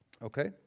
Okay